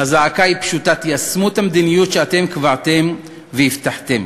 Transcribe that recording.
הזעקה היא פשוטה: תיישמו את המדיניות שאתם קבעתם והבטחתם.